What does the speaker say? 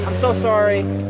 so sorry